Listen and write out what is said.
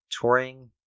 touring